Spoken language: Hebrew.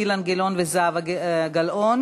אילן גילאון וזהבה גלאון.